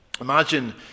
Imagine